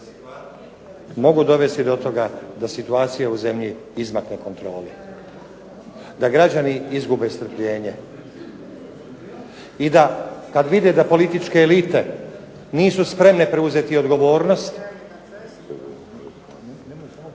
mogu dovesti do toga da situacija u zemlji izmakne kontroli, da građani izgube strpljenje i da kad vide da političke elite nisu spremne preuzeti odgovornost,